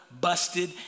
busted